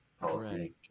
policy